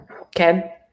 Okay